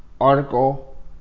article